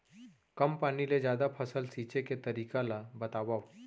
कम पानी ले जादा फसल सींचे के तरीका ला बतावव?